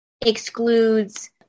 excludes